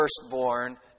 firstborn